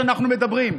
כשאנחנו מדברים,